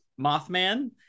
Mothman